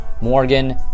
Morgan